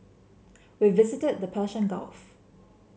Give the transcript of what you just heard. we visited the Persian Gulf